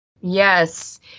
Yes